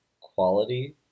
quality